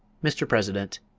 mr. president,